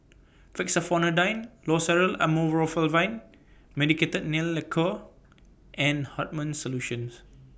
Fexofenadine Loceryl Amorolfine Medicated Nail Lacquer and Hartman's Solution